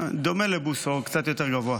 דומה לבוסו, קצת יותר גבוה.